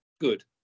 good